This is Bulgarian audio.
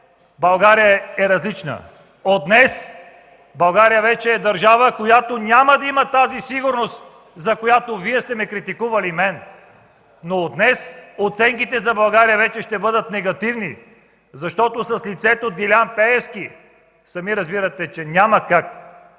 България е различна. От днес България вече е държава, която няма да има тази сигурност, за която Вие сте ме критикували. Но от днес оценките за България вече ще бъдат негативни, защото с лицето Делян Пеевски сами разбирате, че няма как